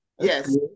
Yes